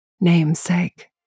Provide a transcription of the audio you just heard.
namesake